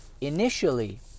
initially